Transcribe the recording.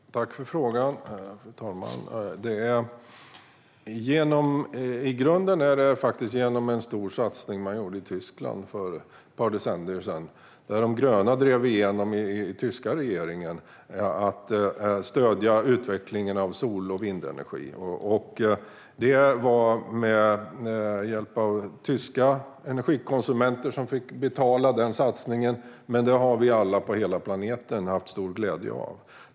Fru talman! Jag tackar Lars Tysklind för frågan. Grunden är faktiskt en stor satsning som man gjorde i Tyskland för ett par decennier sedan. De gröna i den tyska regeringen drev igenom att man skulle stödja utvecklingen av sol och vindenergi. Det var tyska energikonsumenter som fick betala satsningen, men den har vi alla på hela planeten haft stor glädje av.